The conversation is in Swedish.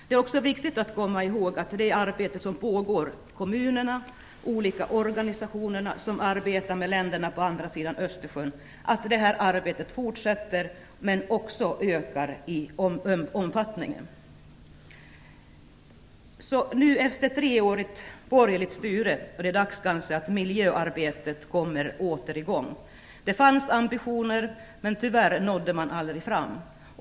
Det är också viktigt att komma ihåg att det arbete som pågår i kommuner och i olika organisationer som arbetar med länderna på andra sidan Östersjön fortsätter och även ökar i omfattning. Efter tre års borgerligt styre är det dags att miljöarbetet åter kommer igång. Det fanns ambitioner. Men tyvärr nådde man aldrig fram.